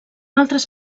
altres